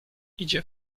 idzie